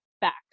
back